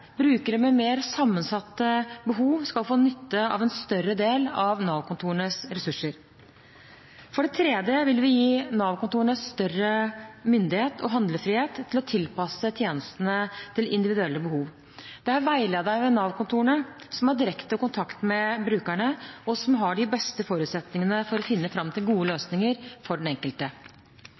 Brukere med mer sammensatte behov skal få nytte av en større del av Nav-kontorenes ressurser. For det tredje vil vi gi Nav-kontorene større myndighet og handlefrihet til å tilpasse tjenestene til individuelle behov. Det er veilederne ved Nav-kontorene som har direkte kontakt med brukerne, og som har de beste forutsetningene for å finne fram til gode løsninger for den enkelte.